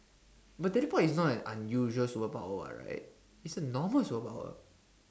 but teleport is not an unusual superpower right is a normal superpower